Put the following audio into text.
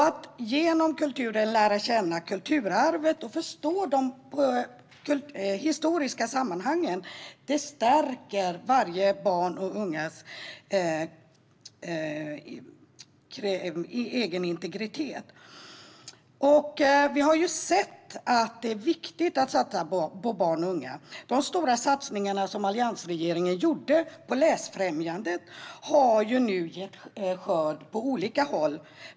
Att genom kulturen lära känna kulturarvet och förstå de historiska sammanhangen stärker barn och ungas egen integritet. Vi har sett att det är viktigt att satsa på barn och unga. De stora satsningar som alliansregeringen gjorde på läsfrämjandet har nu gett skörd på olika håll.